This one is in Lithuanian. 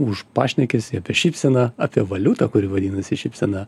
už pašnekesį apie šypseną apie valiutą kuri vadinasi šypsena